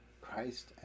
Christ